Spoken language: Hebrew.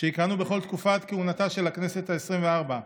שיכהנו בכל תקופת כהונתה של הכנסת העשרים-וארבע.